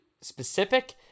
specific